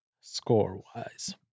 score-wise